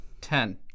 Ten